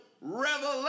revelation